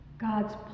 God's